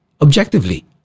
objectively